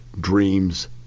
dreams